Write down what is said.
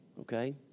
Okay